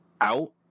Out